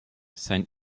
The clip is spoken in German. sein